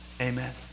Amen